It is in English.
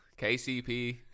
KCP